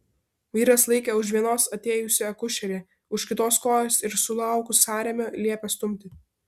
vyras laikė už vienos atėjusi akušerė už kitos kojos ir sulaukus sąrėmio liepė stumti